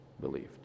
believed